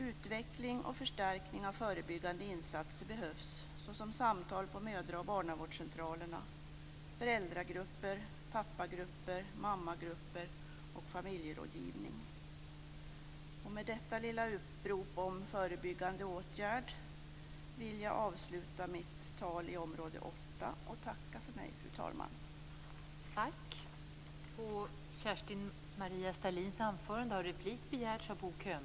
Utveckling och förstärkning av förebyggande insatser behövs, såsom samtal på mödra och barnavårdscentralerna, föräldragrupper, pappagrupper, mammagrupper och familjerådgivning. Med detta lilla upprop om förebyggande åtgärder vill jag avsluta mitt tal om utgiftsområde 8 och tacka för mig, fru talman!